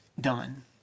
done